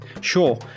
Sure